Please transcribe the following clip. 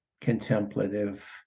contemplative